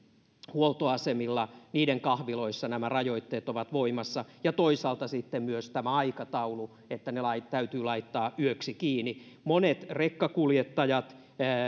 huoltoasemilla niiden kahviloissa nämä rajoitteet ovat voimassa ja toisaalta sitten on tämä aikataulu että ne täytyy laittaa yöksi kiinni monet rekkakuljettajat